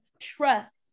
trust